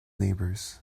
neighbors